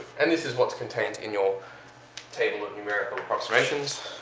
and this is what's contained in your table of numerical approximations.